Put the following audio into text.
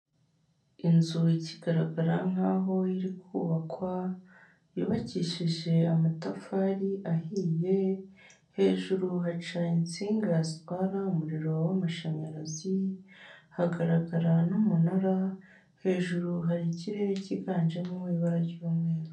Inzu ikigaragara nk'aho iri kubakwa yubakishije amatafari ahiye hejuru haca insinga zitwara umuriro wamashanyarazi hagaragara n'umunara hejuru hari ikirere cyiganjemo ibara ry'umweru.